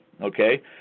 Okay